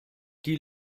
die